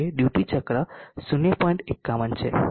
51 છે